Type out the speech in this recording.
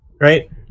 right